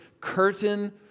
curtain